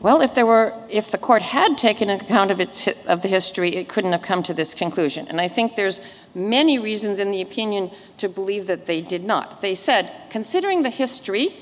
well if there were if the court had taken account of it of the history it couldn't have come to this conclusion and i think there's many reasons in the opinion to believe that they did not they said considering the history